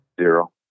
Zero